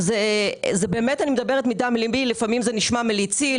אני מדברת מדם לבי; לפעמים זה נשמע מליצי,